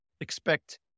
expect